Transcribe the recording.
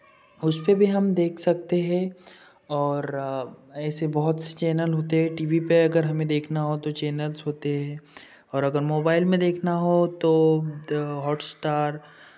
उसपे भी हम देख सकते हैं और ऐसे बहुत से चैनल होते हैं टी वी पे अगर हमे देखना हो तो चैनल्स होते हैं और अगर मोबाइल में देखना हो तो हॉटस्टार